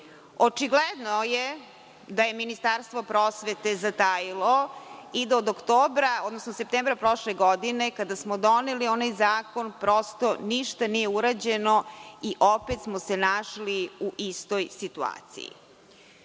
Očigledno je da je Ministarstvo prosvete zatajilo i da od oktobra, odnosno septembra prošle godine kada smo doneli onaj zakon, prosto ništa nije urađeno i opet smo se našli u istoj situaciji. Srbija